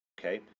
okay